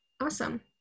Awesome